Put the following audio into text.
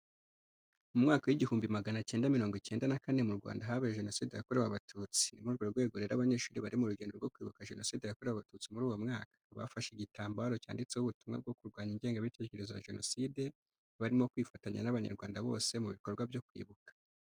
Mu mwaka w’igihumbi magana cyenda mirongo icyenda na kane mu Rwanda habaye Jenoside yakorewe Abatutsi, ni muri urwo rwego rero abanyeshuri bari mu rugendo rwo kwibuka Jenoside yakorewe Abatutsi muri uwo mwaka, bafashe igitambaro cyanditseho ubutumwa bwo kurwanya ingengabitekerezo ya Jenoside, barimo kwifatanya n’abanyarwanda bose mu bikorwa byo kwibuka.